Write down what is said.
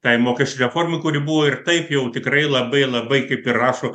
tai mokesčių reformai kurių buvo ir taip jau tikrai labai labai kaip ir rašo